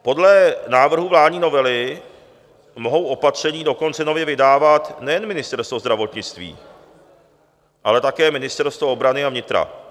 Podle návrhu vládní novely mohou opatření dokonce nově vydávat nejen Ministerstvo zdravotnictví, ale také ministerstva obrany a vnitra.